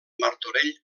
martorell